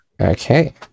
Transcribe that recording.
Okay